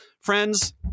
Friends